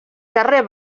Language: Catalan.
carrer